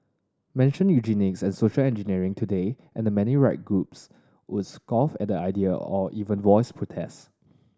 mention eugenics and social engineering today and many right groups would scoff at the idea or even voice protest